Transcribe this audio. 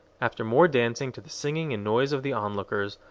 after more dancing to the singing and noise of the on-lookers,